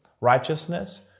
righteousness